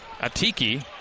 Atiki